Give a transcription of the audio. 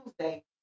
Tuesday